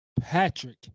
Patrick